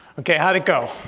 okay how'd it go?